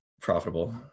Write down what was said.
Profitable